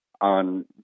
on